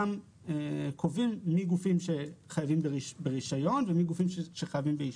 שם קובעים מי הגופים שחייבים ברישיון ומי הגופים שחייבים באישור,